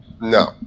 No